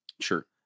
Sure